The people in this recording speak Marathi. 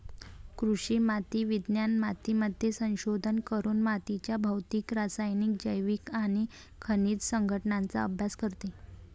कृषी माती विज्ञान मातीमध्ये संशोधन करून मातीच्या भौतिक, रासायनिक, जैविक आणि खनिज संघटनाचा अभ्यास करते